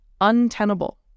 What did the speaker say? untenable